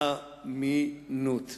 א-מי-נות.